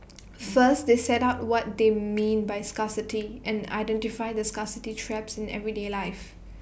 first they set out what they mean by scarcity and identify the scarcity traps in everyday life